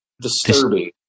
disturbing